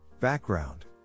Background